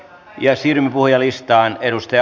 ja siirrymme puhujalistaan